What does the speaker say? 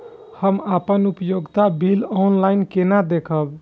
हम अपन उपयोगिता बिल ऑनलाइन केना देखब?